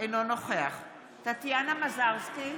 אינו נוכח טטיאנה מזרסקי,